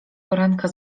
poranka